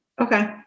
Okay